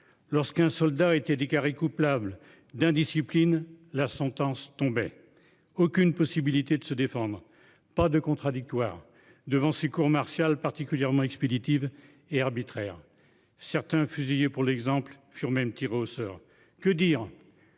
lorsqu'un soldat a été déclaré couple able d'indiscipline la sentence tombait aucune possibilité de se défendre. Pas de contradictoire devant ses cours martiales particulièrement expéditive et arbitraire certains fusillés pour l'exemple, furent même tiré soeur que dire.